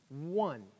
one